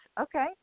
Okay